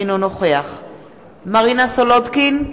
אינו נוכח מרינה סולודקין,